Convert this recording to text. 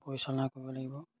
পৰিচালনা কৰিব লাগিব